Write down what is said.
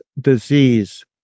disease